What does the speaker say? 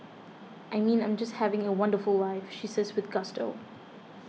I mean I'm just having a wonderful life she says with gusto